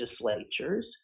legislatures